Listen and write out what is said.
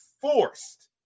forced